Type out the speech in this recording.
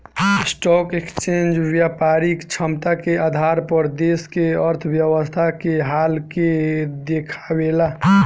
stock exchange व्यापारिक क्षमता के आधार पर देश के अर्थव्यवस्था के हाल के देखावेला